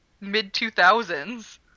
mid-2000s